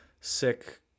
sick